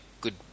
good